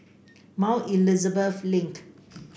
Mount Elizabeth Link